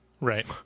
Right